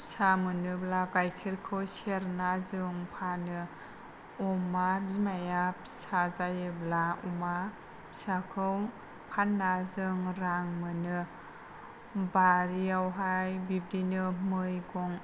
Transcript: फिसा मोनोब्ला गायखेरखौ सेरना जों फानो अमा बिमाया फिसा जायोब्ला अमा फिसाखौ फानना जों रां मोनो बारिआवहाय बिदिनो मैगं